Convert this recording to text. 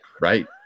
Right